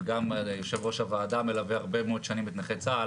וגם יושב-ראש הוועדה מלווה הרבה מאוד שנים את נכי צה"ל